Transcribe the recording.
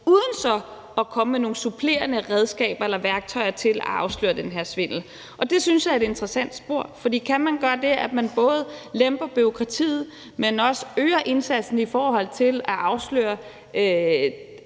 uden så at komme med nogle supplerende redskaber eller værktøjer til at afsløre den her svindel. Det synes jeg er et interessant spor, for kan man gøre det, at man både lemper bureaukratiet, men også øger indsatsen i forhold til at afsløre